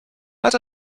let